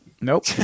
Nope